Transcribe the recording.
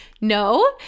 No